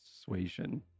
persuasion